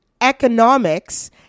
economics